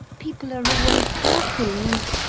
people are always passing, and